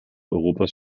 europas